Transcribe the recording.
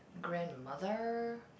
grandmother